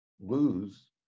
lose